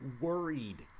worried